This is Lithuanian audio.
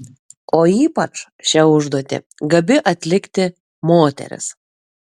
o ypač šią užduotį gabi atlikti moteris